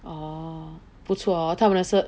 orh 不错 hor 他们那些